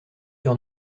sur